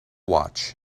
watch